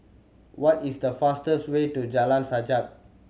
what is the fastest way to Jalan Sajak